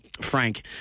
Frank